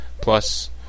Plus